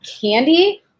candy